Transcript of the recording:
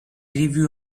review